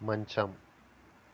మంచం